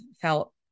felt